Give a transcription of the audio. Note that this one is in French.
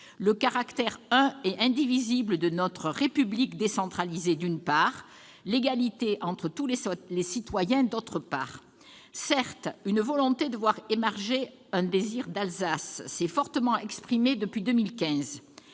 le caractère un et indivisible de notre République décentralisée, d'une part, et l'égalité entre tous les citoyens, d'autre part. Certes, un « désir d'Alsace » s'est fortement exprimé depuis 2015.